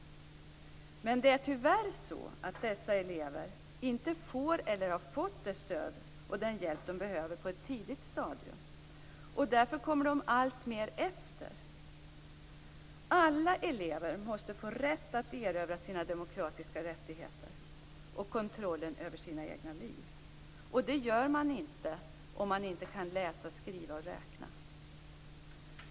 Men det är tyvärr så att dessa elever inte får eller har fått det stöd och den hjälp de behöver på ett tidigt stadium. Därför kommer de alltmer efter. Alla elever måste få rätt att erövra sina demokratiska rättigheter och kontrollen över sina egna liv. Det gör man inte om man inte kan läsa, skriva och räkna.